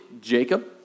Jacob